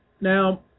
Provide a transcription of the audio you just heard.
Now